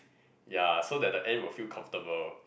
ya so that the ant will feel comfortable